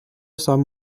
сам